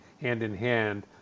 hand-in-hand